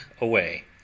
away